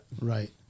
right